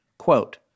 Quote